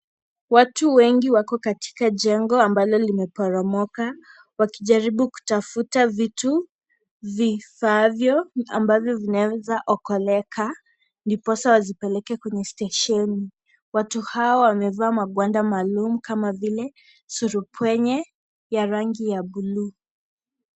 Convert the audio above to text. Watu wengi wako katika jengo ambalo limeporomoka, wakijaribu kutafuta vitu vifaavyo ambavyo vinaweza okoleka, ndiposa wa zipeleke kwenye stesheni, watu Hawa wamevaa magwada maalumu kama vile surupwenye ya rangi ya buluu.